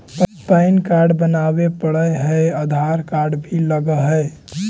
Pan card बनावे पडय है आधार कार्ड भी लगहै?